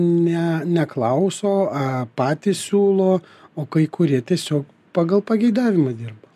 ne neklauso a patys siūlo o kai kurie tiesiog pagal pageidavimą dirba